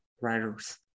writers